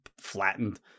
flattened